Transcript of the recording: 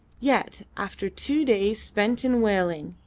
yet after two days spent in wailing,